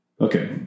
Okay